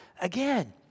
again